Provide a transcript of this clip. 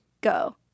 go